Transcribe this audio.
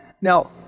Now